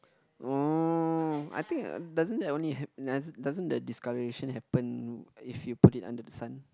orh I think doesn't that only doesn't the discoloration happen if you put it under the sun